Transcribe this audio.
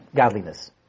godliness